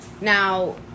Now